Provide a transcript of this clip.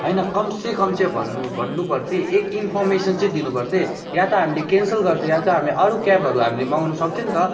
होइन कमसेकम चाहिँ भन्नु भन्नु पर्थ्यो है एक इन्फरमेसन चाहिँ दिनुपर्थ्यो है या त हामीले क्यान्सल गर्थ्यो या त हामी अरू क्याबहरू हामीले मँगाउनु सक्थ्यो नि त